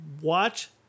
watch